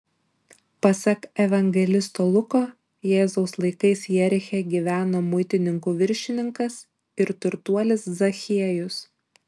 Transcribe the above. pasak evangelisto luko jėzaus laikais jeriche gyveno muitininkų viršininkas ir turtuolis zachiejus